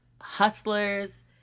hustlers